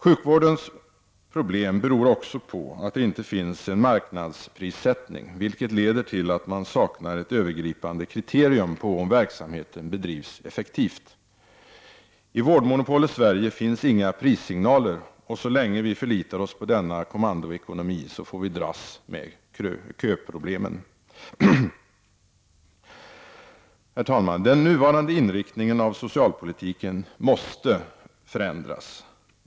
Sjukvårdens problem beror också på att det inte finns en marknadsprissättning, vilket leder till att man saknar ett övergripande kriterium på om verksamheten bedrivs effektivt. I vårdmonopolets Sverige finns inga prissignaler, och så länge vi förlitar oss på denna kommandoekonomi så får vi dras med köproblemen. Herr talman! Den nuvarande inriktningen av socialpolitiken måste förändras.